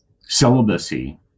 Celibacy